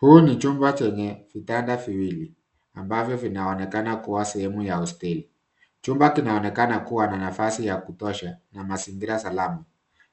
Huu ni chumba Chenye vyumba viwili ambavyo vinaonekana kuwa sehemu ya hosteli. Chumba kinaonekaa kuwa na nafasi ya kutosha na mazingira salama.